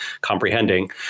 comprehending